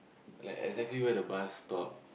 like exactly where the bus stop